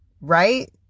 right